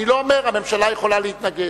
אני לא אומר, הממשלה יכולה להתנגד.